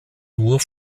nur